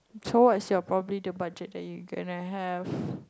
so what is your probably the budget that you gonna have